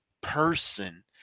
person